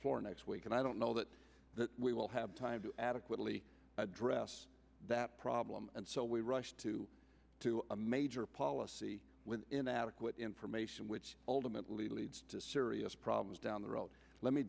floor next week and i don't know that we will have time to adequately address that problem and so we rush to to a major policy with inadequate information which ultimately leads to serious problems down the road let me